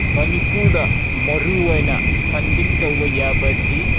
ꯃꯅꯤꯄꯨꯔꯗ ꯃꯔꯨ ꯑꯣꯏꯅ ꯐꯟꯗꯤꯡ ꯇꯧꯕ ꯌꯥꯕ ꯑꯁꯤ